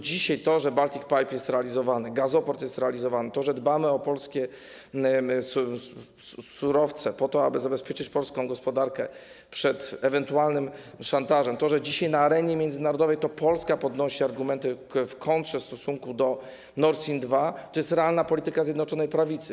Dzisiaj to, że Baltic Pipe jest realizowany, gazoport jest realizowany, to, że dbamy o polskie surowce, po to aby zabezpieczyć polską gospodarkę przed ewentualnym szantażem, to, że dzisiaj na arenie międzynarodowej to Polska podnosi argumenty w kontrze w stosunku do Nord Stream II, to jest realna polityka Zjednoczonej Prawicy.